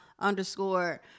Underscore